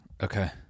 Okay